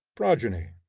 progeny,